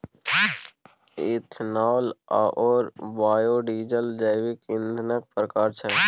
ethanol आओर biodiesel जैविक ईंधनक प्रकार छै